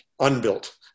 unbuilt